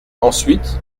ensuite